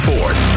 Ford